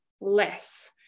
less